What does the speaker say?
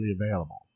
available